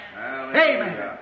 Amen